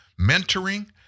mentoring